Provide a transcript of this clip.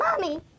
mommy